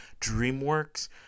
DreamWorks